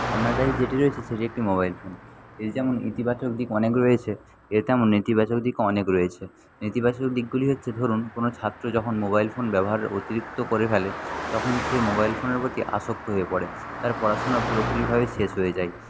আমার কাছে যেটি রয়েছে সেটি একটি মোবাইল ফোন এর যেমন ইতিবাচক দিক অনেক রয়েছে এর তেমন নেতিবাচক দিকও অনেক রয়েছে নেতিবাচক দিকগুলি হচ্ছে ধরুন কোনো ছাত্র যখন মোবাইল ফোন ব্যবহার অতিরিক্ত করে ফেলে তখন সে মোবাইল ফোনের প্রতি আসক্ত হয়ে পড়ে তার পড়াশোনা পুরোপুরিভাবে শেষ হয়ে যায়